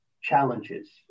challenges